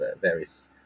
various